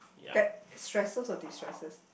that stresses or destresses